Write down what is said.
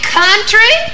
country